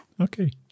Okay